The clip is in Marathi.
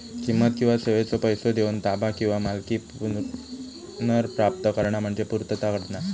किंमत किंवा सेवेचो पैसो देऊन ताबा किंवा मालकी पुनर्प्राप्त करणा म्हणजे पूर्तता करणा